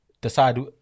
decide